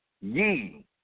Ye